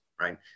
right